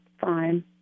fine